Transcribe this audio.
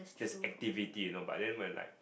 there's activity you know but then when like